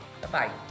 Bye-bye